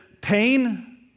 pain